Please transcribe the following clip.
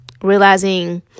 realizing